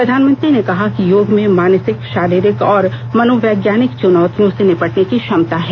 प्रधानमंत्री ने कहा कि योग में मानसिक शारीरिक और मनोवैज्ञानिक चुनौतियों से निपटने की क्षमता है